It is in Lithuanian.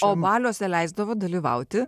o baliuose leisdavo dalyvauti